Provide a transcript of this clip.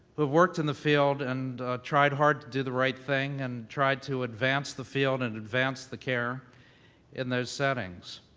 who've worked in the field and tried hard to do the right thing and tried to advance the field and advance the care in those settings.